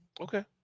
Okay